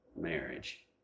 marriage